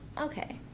okay